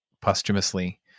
posthumously